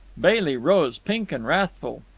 bailey rose, pink and wrathful.